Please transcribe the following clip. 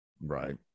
Right